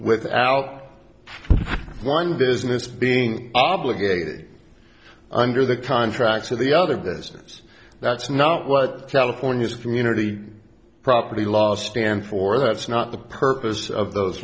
without one business being obligated under the contract of the other business that's not what california community property laws stand for that's not the purpose of those